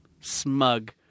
smug